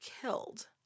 killed